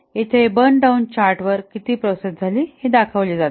इथे burn down chart वर किती प्रोसेस झाली हे दाखवले जाते